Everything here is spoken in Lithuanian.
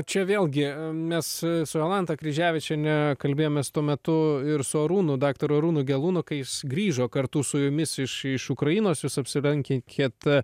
čia vėlgi mes su jolanta kryževičiene kalbėjomės tuo metu ir su arūnu daktaru arūnu gelūnu kai jis grįžo kartu su jumis iš iš ukrainos jis apsilankėt kiet